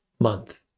month